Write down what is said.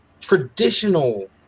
traditional